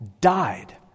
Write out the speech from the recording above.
died